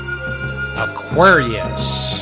Aquarius